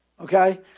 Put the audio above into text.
okay